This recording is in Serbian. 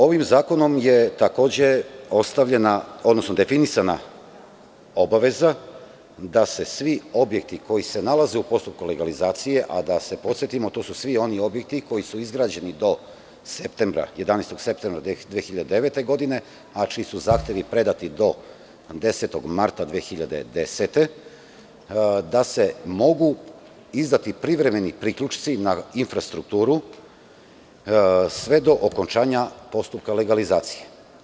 Ovim zakonom je definisana obaveza da se svim objektima koji se nalaze u postupku legalizacije, a da se podsetimo, to su svi oni objekti koji su izgrađeni do 11. septembra 2009. godine, a čiji su zahtevi predati do 10. marta 2010. godine, mogu izdati privremeni priključci na infrastrukturu sve do okončanja postupka legalizacije.